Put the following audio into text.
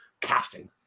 casting